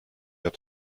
your